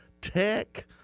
tech